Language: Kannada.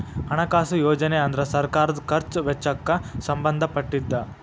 ಹಣಕಾಸು ಯೋಜನೆ ಅಂದ್ರ ಸರ್ಕಾರದ್ ಖರ್ಚ್ ವೆಚ್ಚಕ್ಕ್ ಸಂಬಂಧ ಪಟ್ಟಿದ್ದ